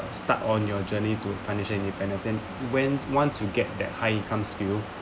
start on your journey to financial independence and when once you get that high income skill